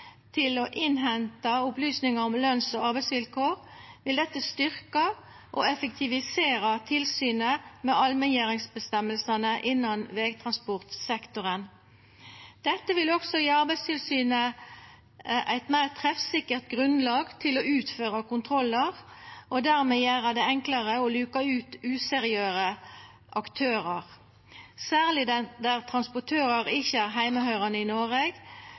til å innhenta opplysningar om løns- og arbeidsvilkår vil styrkja og effektivisera tilsynet med allmenngjeringsreglane i vegtransportsektoren. Det vil også gje Arbeidstilsynet eit meir treffsikkert grunnlag for å utføra kontrollar og dermed gjera det enklare å luka ut useriøse aktørar. Særleg der transportørar ikkje er heimehøyrande i Noreg,